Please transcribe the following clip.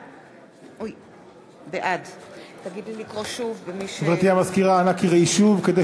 בעד גברתי המזכירה, אנא קראי שוב.